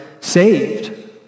saved